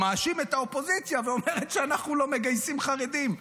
מאשים את האופוזיציה ואומר שאנחנו לא מגייסים חרדים,